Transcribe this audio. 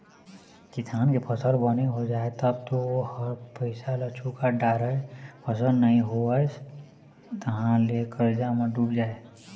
किसान के फसल बने हो जाए तब तो ओ ह पइसा ल चूका डारय, फसल नइ होइस तहाँ ले करजा म डूब जाए